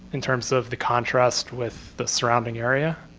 in terms of the contrast with the surrounding area?